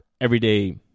everyday